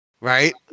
Right